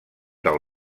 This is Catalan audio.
del